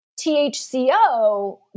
THCO